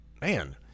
Man